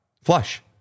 Flush